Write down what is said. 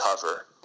cover